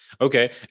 okay